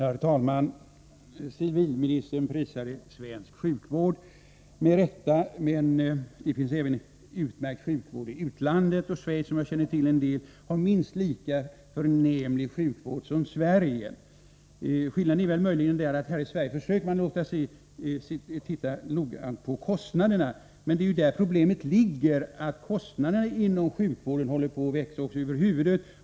Herr talman! Civilministern prisade svensk sjukvård, med rätta. Men det finns utmärkt sjukvård även i utlandet. Schweiz, som jag känner till en del, har minst lika förnämlig sjukvård som Sverige. Skillnaden är möjligen att vi här i Sverige försöker att titta noggrant på kostnaderna. Men det är där problemet ligger — att kostnaderna för sjukvården i Sverige håller på att växa oss över huvudet.